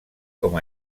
com